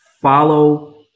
follow